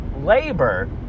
labor